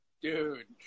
Dude